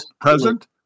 present